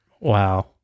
Wow